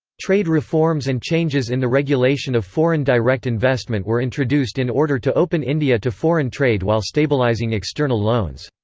trade reforms and changes in the regulation of foreign direct investment were introduced in order to open india to foreign trade while stabilising external loans.